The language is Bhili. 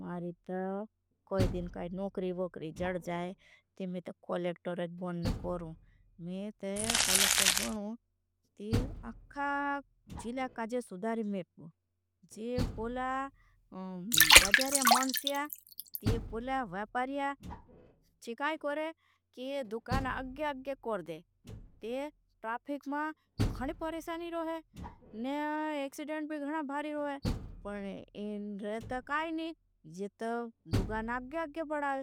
मारी तो कोई दिन काई नोकरी वोकरी जड़ जाए ते में तो कोलेक्टर। बनने करूं में ते कोलेक्टर बनूं ते अखा जिला काजे। सुधारी मेटबू जे पुला बजार्या मन सिया ते पुला। वैपारिया चिकाई करें कि दुखान अग्गे अग्गे कर दें ते टाफिक मा घणी। परिशानी रोहें ने एकसिडेंट भी घणा भारी रोहें पण इनरे ता काईनी। जिता दुखान अग्गे अग्गे बड़ा